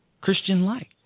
Christian-like